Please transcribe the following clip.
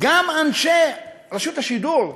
גם אנשי רשות השידור,